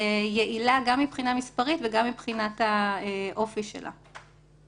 יעילה גם מבחינה מספרית וגם מבחינת האופי שלה.